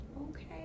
Okay